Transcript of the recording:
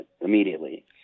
immediately